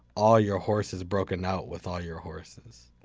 all your horse has broken out with all your horses.